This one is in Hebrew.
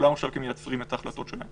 ואלה אנשים שמסתובבים ליד חולי